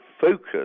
focus